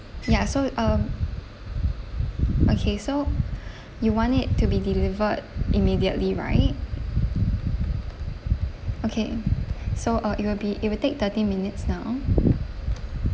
ya so um okay so you want it to be delivered immediately right okay so uh it will be it will take thirty minutes now